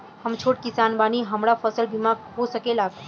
हम छोट किसान बानी का हमरा फसल बीमा हो सकेला?